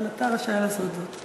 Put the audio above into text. אתה רשאי לעשות זאת,